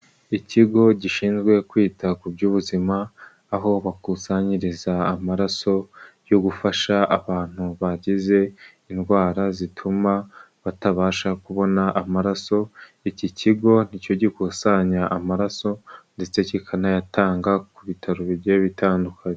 Ikigo gishinzwe kwita ku by'ubuzima, aho bakusanyiriza amaraso yo gufasha abantu bagize indwara zituma batabasha kubona amaraso, iki kigo nicyo gikusanya amaraso ndetse kikanayatanga ku bitaro bigiye bitandukanye.